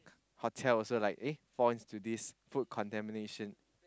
hotels also like falls into this food contamination